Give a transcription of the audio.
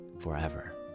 forever